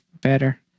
better